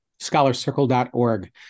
ScholarCircle.org